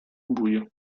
buio